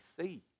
see